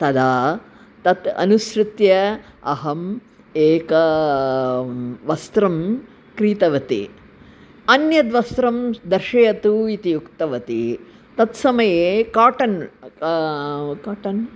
तदा तत् अनुसृत्य अहम् एकं वस्त्रं क्रीतवती अन्यद् वस्त्रं दर्शयतु इति उक्तवती तत्समये काटन् काटन्